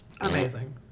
amazing